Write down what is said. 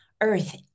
earth